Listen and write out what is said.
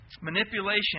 Manipulation